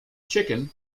chicken